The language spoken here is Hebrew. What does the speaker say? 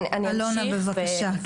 א' ו', בבקשה.